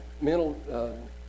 mental